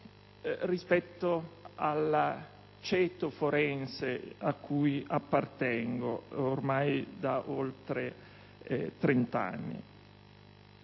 rispetto al ceto forense, cui appartengo ormai da oltre 30 anni.